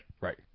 Right